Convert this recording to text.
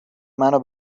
منو